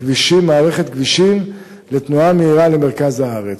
מערכת כבישים לתנועה מהירה למרכז הארץ.